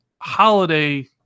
holiday